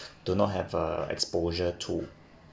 do not have a exposure to